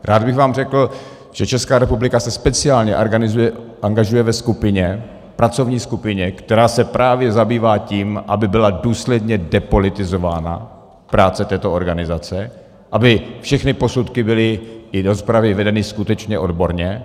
Rád bych vám řekl, že Česká republika se speciálně angažuje ve skupině, pracovní skupině, která se právě zabývá tím, aby byla důsledně depolitizována práce této organizace, aby všechny posudky i rozpravy byly vedeny skutečně odborně.